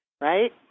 right